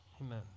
Amen